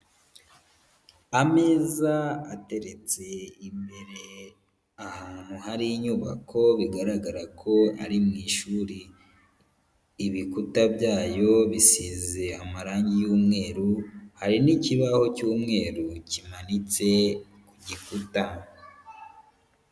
Ameza ateretse imbere ahantu hari inyubako bigaragara ko ari mu ishuri, ibikuta byayo bisize amarangi y'umweru, hari n'ikibaho cy'umweru kimanitse ku gikuta.